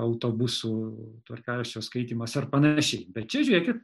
autobusų tvarkaraščio skaitymas ar panašiai bet čia žiūrėkit